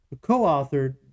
co-authored